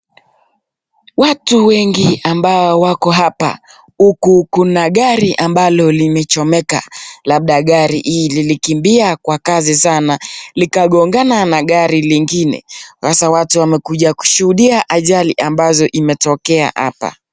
Watu wengi ambao wako hapa , huku kuna gari ambalo limechomeka labda gari hii lilikimbia kwa kasi sana likagongana na gari lingine sasa watu wamekuja kushuhudia ajali ambazo imetokea hapa .